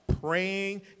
praying